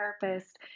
therapist